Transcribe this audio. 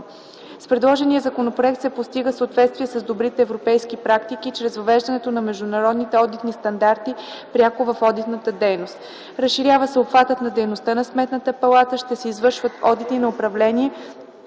С предложения законопроект се постига съответствие с добрите европейски практики чрез въвеждането на международните одитни стандарти пряко в одитната дейност. Разширява се обхватът на дейността на Сметната палата – ще се извършват одити на управление